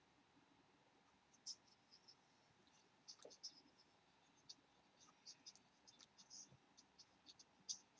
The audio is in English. ah